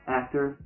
actor